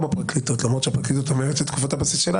למרות שהפרקליטות אומרת שתקופות הבסיס שלה